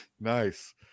nice